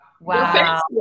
wow